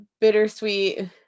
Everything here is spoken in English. bittersweet